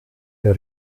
der